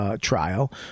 trial